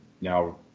now